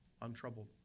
untroubled